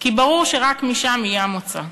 כי ברור שרק משם יהיה המוצא.